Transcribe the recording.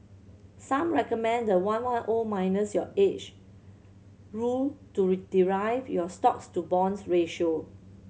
some recommend the one one O minus your age rule to derive your stocks to bonds ratio